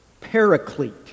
paraclete